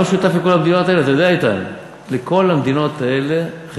את כל המדינות האלה המציא שר האוצר?